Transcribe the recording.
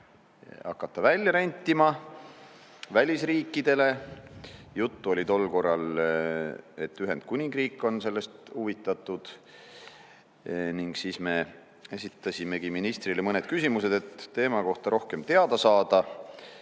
hakata välja rentima välisriikidele. Tol korral oli juttu, et Ühendkuningriik on sellest huvitatud. Ning siis me esitasimegi ministrile mõned küsimused, et teema kohta rohkem teada saada. Tausta